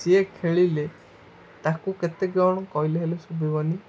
ସିଏ ଖେଳିଲେ ତା'କୁ କେତେ କ'ଣ କହିଲେ ହେଲେ ଶୁଭିବନି